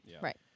right